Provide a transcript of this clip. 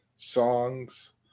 Songs